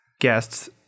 guests